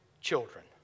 children